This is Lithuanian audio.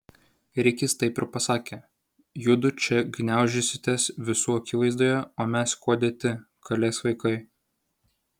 rikis taip ir pasakė judu čia gniaužysitės visų akivaizdoje o mes kuo dėti kalės vaikai